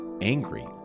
angry